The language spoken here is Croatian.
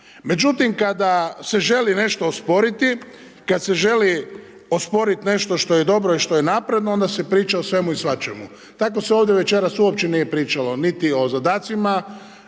Međutim, kada se želi nešto osporiti, kada se želi osporiti nešto što je dobro i što je napredno onda se priča o svemu i svačemu. Tako se ovdje večeras uopće nije pričalo niti o zadacima